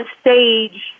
stage